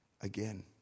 again